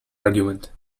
argument